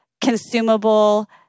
consumable